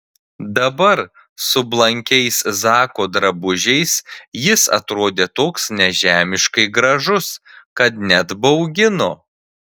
dabar su blankiais zako drabužiais jis atrodė toks nežemiškai gražus kad net baugino